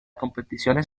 competiciones